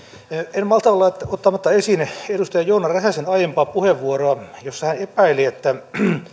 en malta olla ottamatta esiin edustaja joona räsäsen aiempaa puheenvuoroa jossa hän epäili että